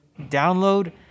download